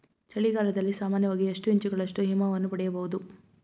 ಚಳಿಗಾಲದಲ್ಲಿ ಸಾಮಾನ್ಯವಾಗಿ ಎಷ್ಟು ಇಂಚುಗಳಷ್ಟು ಹಿಮವನ್ನು ಪಡೆಯಬಹುದು?